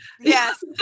Yes